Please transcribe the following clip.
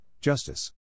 Justice